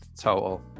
total